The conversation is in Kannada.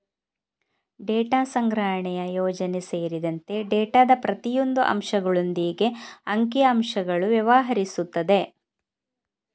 ಡೇಟಾ ಸಂಗ್ರಹಣೆಯ ಯೋಜನೆ ಸೇರಿದಂತೆ ಡೇಟಾದ ಪ್ರತಿಯೊಂದು ಅಂಶಗಳೊಂದಿಗೆ ಅಂಕಿ ಅಂಶಗಳು ವ್ಯವಹರಿಸುತ್ತದೆ